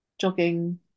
jogging